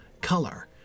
color